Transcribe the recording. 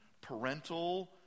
parental